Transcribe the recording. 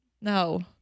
No